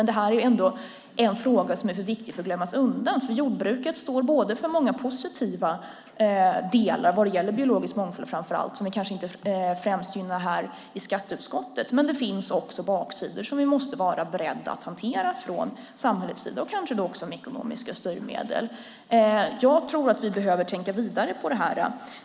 Det här är ändå en fråga som är för viktig för att gömmas undan, för jordbruket står för många positiva delar vad det gäller framför allt biologisk mångfald, som vi kanske inte främst gynnar i skatteutskottet, men det finns också baksidor som vi måste vara beredda att hantera från samhällets sida, kanske också med ekonomiska styrmedel. Jag tror att vi behöver tänka vidare på det här.